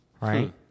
right